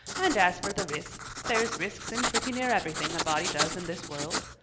and as for the risk, there's risks in pretty near everything a body does in this world.